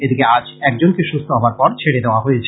এদিকে আজ একজনকে সুস্থ হবার পর ছেড়ে দেওয়া হয়েছে